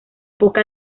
poca